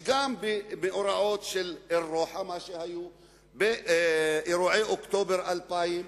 גם במאורעות של אל-רוחה, באירועי אוקטובר 2000,